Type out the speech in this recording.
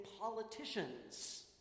politicians